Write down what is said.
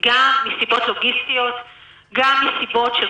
או בשאלה שכל חברי הכנסת שואלים מההתחלה: